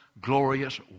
glorious